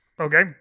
Okay